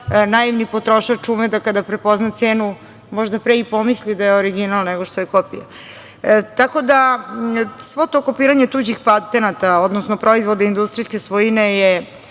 naivni potrošač ume da kada prepozna cenu možda pre i pomisli da je original nego što je kopija. Tako da svo to kopiranje tuđih patenata, odnosno proizvoda industrijske svojine je